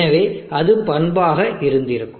எனவே அது பண்பாக இருந்திருக்கும்